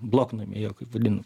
bloknamiai jo kaip vadinam